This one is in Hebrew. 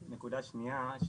נקודה שנייה,